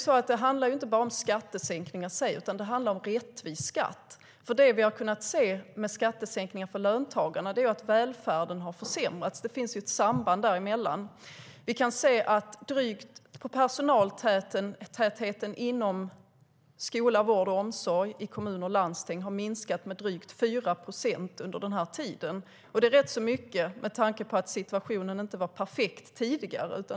Sedan handlar det inte bara om skattesänkningar i sig, utan det handlar om rättvis skatt. Det vi har kunnat se när det gäller skattesänkningar för löntagare är att välfärden har försämrats. Det finns ett samband däremellan. Vi kan se att personaltätheten inom skola, vård och omsorg i kommuner och landsting har minskat med drygt 4 procent under den här tiden, och det är rätt mycket med tanke på att situationen inte var perfekt tidigare.